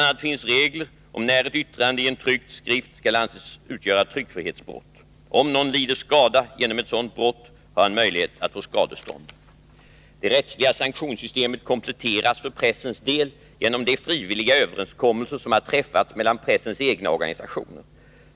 a. finns regler om när ett yttrande en tryckt skrift skall anses utgöra tryckfrihetsbrott. Om någon lider skada genom ett sådant brott, har han möjlighet att få skadestånd. Det rättsliga sanktionssystemet kompletteras för pressens del genom de frivilliga överenskommelser som har träffats mellan pressens egna organisationer.